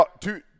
two